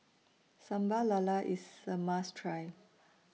Sambal Lala IS A must Try